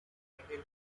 heavier